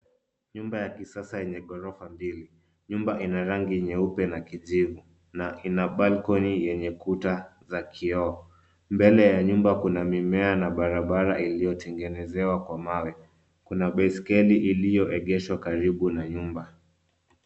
Nyumba ya kisasa yenye ghorofa mbili. Nyumba ina rangi nyeupe na kijivu na ina (cs)balcony(cs) yenye kuta za kioo. Mbele ya nyumba kuna mimea na barabara iliyotegenezewa kwa mawe. Kuna baisikeli iliyoegeshwa karibu na nyumba.